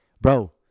bro—